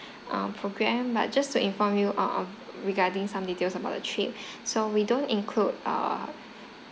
um program but just to inform you um regarding some details about the trip so we don't include uh